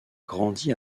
grandi